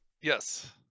Yes